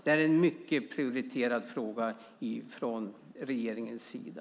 Det är en mycket prioriterad fråga från regeringens sida.